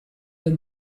del